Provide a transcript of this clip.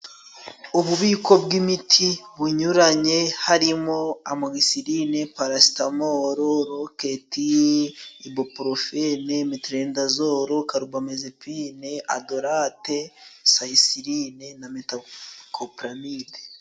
Ububiko bw'imiti bunyuranye harimo: amogisiline, parasetamoro, roketi, ibipurofene, metelendazoro, karubamezepine, adorate, sayisiline na metakoporamide.